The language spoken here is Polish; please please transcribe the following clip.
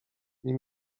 nie